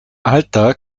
alter